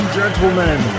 gentlemen